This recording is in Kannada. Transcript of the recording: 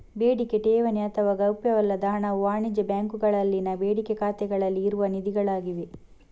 ಬೇಡಿಕೆ ಠೇವಣಿ ಅಥವಾ ಗೌಪ್ಯವಲ್ಲದ ಹಣವು ವಾಣಿಜ್ಯ ಬ್ಯಾಂಕುಗಳಲ್ಲಿನ ಬೇಡಿಕೆ ಖಾತೆಗಳಲ್ಲಿ ಇರುವ ನಿಧಿಗಳಾಗಿವೆ